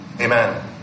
amen